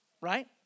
Right